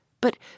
but